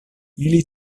ili